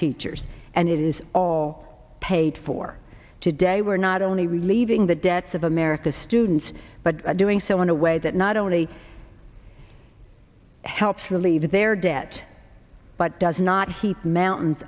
teachers and it is all paid for today we're not only relieving the debts of america's students but doing so in a way that not only helps relieve their debt but does not heap mountains